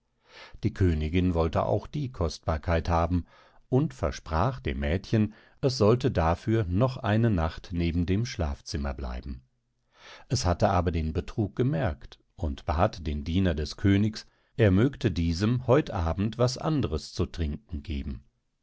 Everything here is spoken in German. die königin wollte auch die kostbarkeit haben und versprach dem mädchen es sollte dafür noch eine nacht neben dem schlafzimmer bleiben es hatte aber den betrug gemerkt und bat den diener des königs er mögte diesem heut abend was anderes zu trinken geben